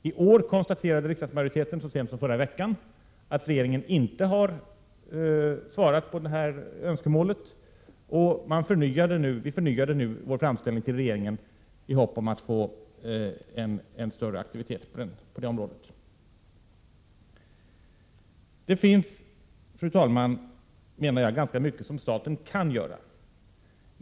I år konstaterade riksdagsmajoriteten så sent som förra veckan att regeringen inte har svarat upp mot det önskemålet, och riksdagen förnyade nu sin framställning till regeringen, i hopp om att få en större aktivitet på det området. Det finns, fru talman, ganska mycket som staten kan göra.